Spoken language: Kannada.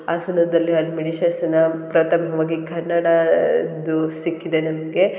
ಹಾಸನದಲ್ಲಿ ಹಲ್ಮಿಡಿ ಶಾಸನ ಪ್ರಥಮವಾಗಿ ಕನ್ನಡದ್ದು ಸಿಕ್ಕಿದೆ ನಮಗೆ